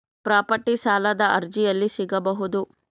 Property ಸಾಲದ ಅರ್ಜಿ ಎಲ್ಲಿ ಸಿಗಬಹುದು?